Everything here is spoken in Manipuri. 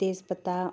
ꯇꯦꯖ ꯄꯇꯥ